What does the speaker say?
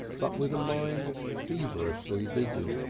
but with a mind feverishly busy.